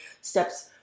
steps